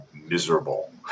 miserable